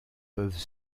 peuvent